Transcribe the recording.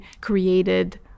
created